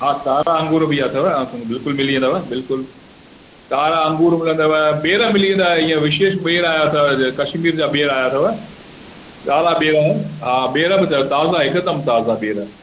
हा कारा अंगूर बि अथव हा बिल्कुलु मिली वेंदव बिल्कुलु कारा अंगूर मिलंदव ॿेड़ मिली वेंदव हींअर विशेष ॿेड़ आया अथव जेके कशमीर जा ॿेड़ आया अथव ॻाढ़ा ॿेड़ हा ॿेड़ बि अथव ताज़ा हिकदमि ताज़ा ॿेड़